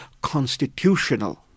constitutional